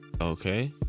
okay